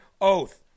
oath